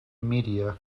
media